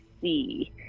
see